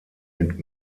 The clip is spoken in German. mit